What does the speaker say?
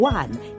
One